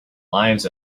lives